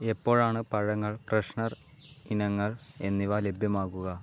എപ്പോഴാണ് പഴങ്ങൾ ഫ്രെഷ്നർ ഇനങ്ങൾ എന്നിവ ലഭ്യമാകുക